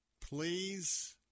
please